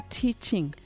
teaching